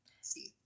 see